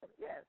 Yes